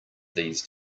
these